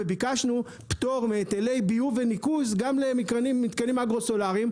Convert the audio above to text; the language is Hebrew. וביקשנו פטור מהיטלי ביוב וניקוז גם למתקנים אגרו-סולאריים,